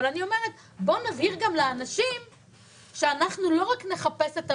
אבל אני אומרת שבואו נבהיר גם לאנשים שאנחנו לא רק נחפש את המענים,